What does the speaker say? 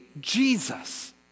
Jesus